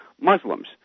Muslims